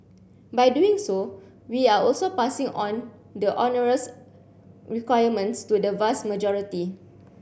by doing so we are also passing on the onerous requirements to the vast majority